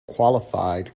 qualified